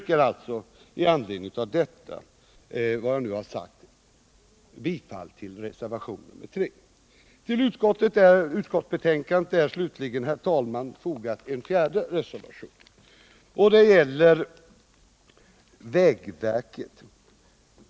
Jag yrkar i anledning av vad jag nu har sagt bifall till reservationen 3. Till utskottsbetänkandet är slutligen, herr talman, fogad en fjärde reservation, som gäller vägverket.